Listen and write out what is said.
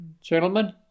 gentlemen